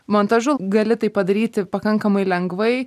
montažu gali tai padaryti pakankamai lengvai